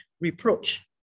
reproach